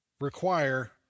require